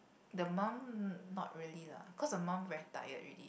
the mom not really lah cause the mom very tired already